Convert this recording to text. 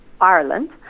Ireland